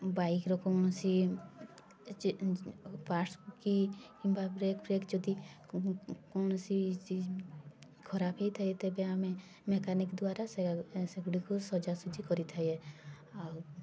ବାଇକ୍ର କୌଣସି ପାର୍ଟ୍ସ୍ କି କିମ୍ବା ବ୍ରେକ୍ ଫ୍ରେକ୍ ଯଦି କୌଣସି ଖରାପ ହେଇଥାଏ ତେବେ ଆମେ ମେକାନିକ୍ ଦ୍ୱାରା ସେ ସେଗୁଡିକୁ ସଜାସଜି କରିଥାଏ ଆଉ